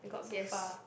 yes